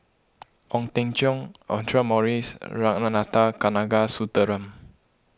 Ong Teng Cheong Audra Morrice and Ragunathar Kanagasuntheram